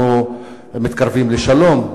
אנחנו מתקרבים לשלום.